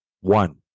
One